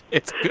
it's good.